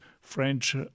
French